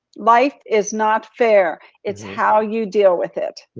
life is not fair. it's how you deal with it.